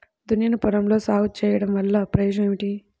దున్నిన పొలంలో సాగు చేయడం వల్ల ప్రయోజనం ఏమిటి?